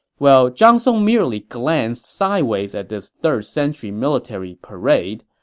well, zhang song merely glanced sideways at this third-century military parade.